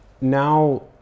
now